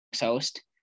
host